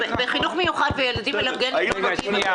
בחינוך מיוחד וילדים אלרגניים לא היו נוגעים.